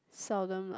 seldom lah